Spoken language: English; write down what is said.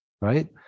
right